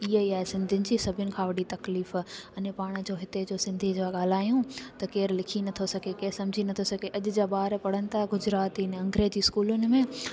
इअं ई आहे सिंधियुनि जी सभिनी खां वॾी तकलीफ़ अने पाण जो हिते जो सिंधी था ॻाल्हायूं त केर लिखी नथो सघे की समुझी नथो सघे अॼु जा ॿार पढ़नि था गुजराती न अंग्रेजी स्कूलुनि में